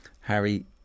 Harry